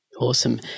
Awesome